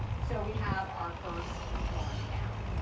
so we have our first one down.